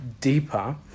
deeper